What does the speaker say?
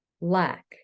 lack